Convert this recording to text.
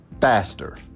faster